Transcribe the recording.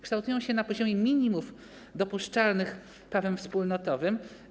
Kształtują się na poziomie minimów dopuszczalnych prawem wspólnotowym.